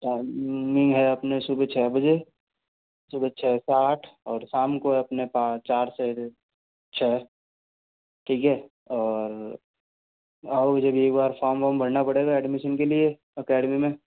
timing है अपने सुबह छः बजे सुबह छः से आठ और शाम को है अपने चार से छः ठीक है और आओगे जब एक बार फॉर्म वॉर्म भरना पडे़गा एडमिशन के लिए एकेडमी में